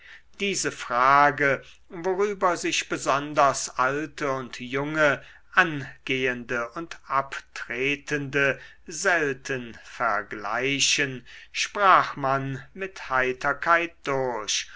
diese frage worüber sich besonders alte und junge angehende und abtretende selten vergleichen sprach man mit heiterkeit durch